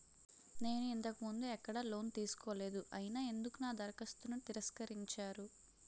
నేను ఇంతకు ముందు ఎక్కడ లోన్ తీసుకోలేదు అయినా ఎందుకు నా దరఖాస్తును తిరస్కరించారు?